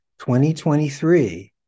2023